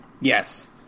Yes